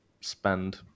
spend